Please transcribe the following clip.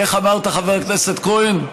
איך אמרת, חבר הכנסת כהן: